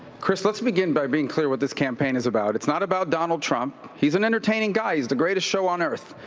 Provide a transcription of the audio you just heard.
chris, let's begin by being clear what this campaign is about. it's not about donald trump. he's an entertaining guy. he's the greatest show on earth.